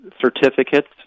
certificates